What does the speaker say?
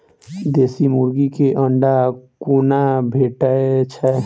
देसी मुर्गी केँ अंडा कोना भेटय छै?